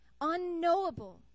unknowable